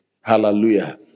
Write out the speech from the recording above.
Hallelujah